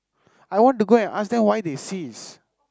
I want to go and ask them why they cease